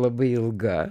labai ilga